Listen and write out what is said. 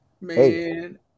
Man